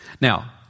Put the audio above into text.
Now